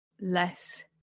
less